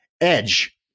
edge